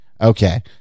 Okay